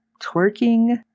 twerking